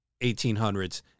1800s